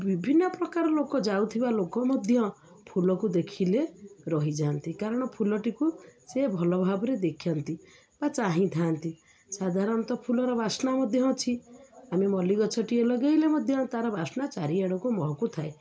ବିଭିନ୍ନ ପ୍ରକାର ଲୋକ ଯାଉଥିବା ଲୋକ ମଧ୍ୟ ଫୁଲକୁ ଦେଖିଲେ ରହିଯାଆନ୍ତି କାରଣ ଫୁଲଟିକୁ ସେ ଭଲ ଭାବରେ ଦେଖନ୍ତି ବା ଚାହିଁଥାନ୍ତି ସାଧାରଣତଃ ଫୁଲର ବାସ୍ନା ମଧ୍ୟ ଅଛି ଆମେ ମଲ୍ଲୀ ଗଛଟିଏ ଲଗେଇଲେ ମଧ୍ୟ ତାର ବାସ୍ନା ଚାରିଆଡ଼କୁ ମହକୁ ଥାଏ